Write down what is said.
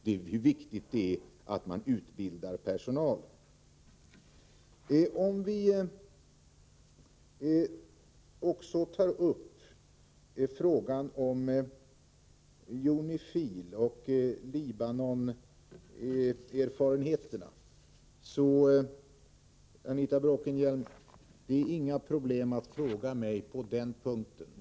Det är viktigt att man utbildar personal. När det gäller UNIFIL och Libanonerfarenheterna vill jag säga till Anita Bråkenhielm att det inte är några problem för mig att besvara frågor på den punkten.